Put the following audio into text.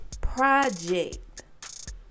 project